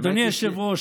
אדוני היושב-ראש,